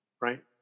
right